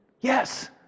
Yes